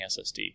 SSD